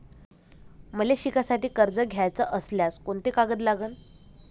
मले शिकासाठी कर्ज घ्याचं असल्यास कोंते कागद लागन?